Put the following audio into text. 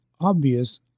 Obvious